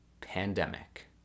pandemic